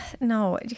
no